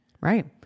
Right